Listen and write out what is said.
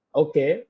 okay